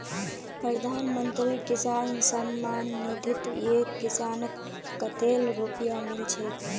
प्रधानमंत्री किसान सम्मान निधित एक किसानक कतेल रुपया मिल छेक